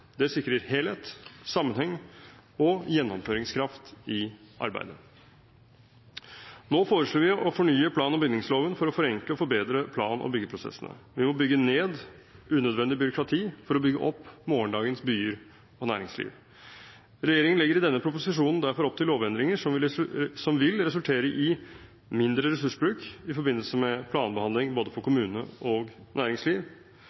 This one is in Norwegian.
Det sikrer helhet, sammenheng og gjennomføringskraft i arbeidet. Nå foreslår vi å fornye plan- og bygningsloven for å forenkle og forbedre plan- og byggeprosessene. Vi må bygge ned unødvendig byråkrati for å bygge opp morgendagens byer og næringsliv. Regjeringen legger i denne proposisjonen derfor opp til lovendringer som vil resultere i mindre ressursbruk i forbindelse med planbehandling både for kommune og næringsliv,